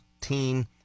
team